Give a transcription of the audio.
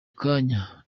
kanya